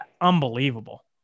unbelievable